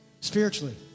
spiritually